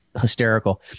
hysterical